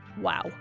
Wow